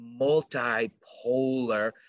multipolar